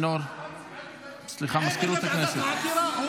מזכירות הכנסת?